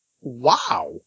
wow